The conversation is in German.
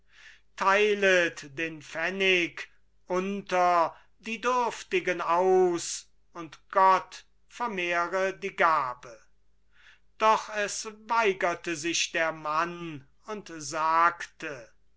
teilet den pfennig unter die dürftigen aus und gott vermehre die gabe doch es weigerte sich der mann und sagte